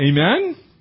Amen